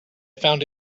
found